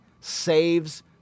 saves